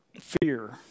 Fear